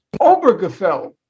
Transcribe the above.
Obergefell